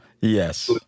Yes